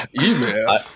Email